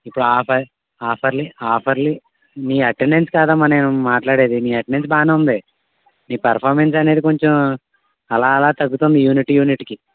ఇప్పుడు ఆఫ్ ఆఫర్లీ ఆఫర్లీ మీ అటెనెన్స్ కాదమ్మా నేను మాట్లాడేది మీ అటెనెన్స్ బాగానే ఉంది మీ పర్ఫామెన్స్ అనేది కొంచెం అలా అలా తగ్గుతుంది యూనిట్ యూనిట్కి